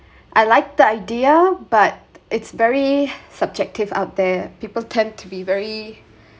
I like the idea but it's very subjective out there people tend to be very